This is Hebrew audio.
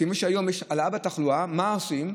כמו שהיום, כשיש עלייה בתחלואה, מה עושים?